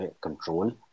control